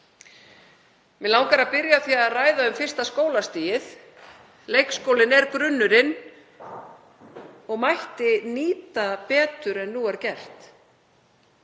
Mig langar að byrja á því að ræða um fyrsta skólastigið. Leikskólinn er grunnurinn og mætti nýta betur en nú er gert.